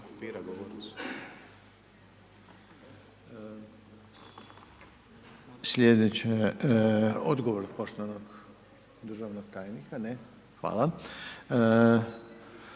Slijedeća, odgovor poštovanog državnog tajnika, ne, hvala.